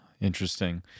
Interesting